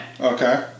Okay